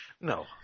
no